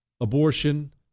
Abortion